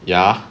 ya